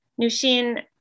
Nushin